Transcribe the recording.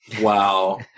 Wow